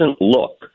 look